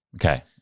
okay